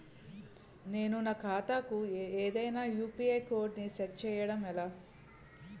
నేను నా ఖాతా కు ఏదైనా యు.పి.ఐ కోడ్ ను సెట్ చేయడం ఎలా?